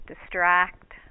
distract